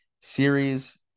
series